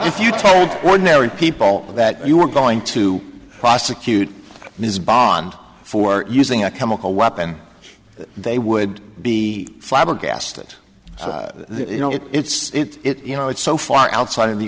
if you told ordinary people that you were going to prosecute ms bond for using a chemical weapon they would be flabbergasted you know it it's you know it's so far outside of the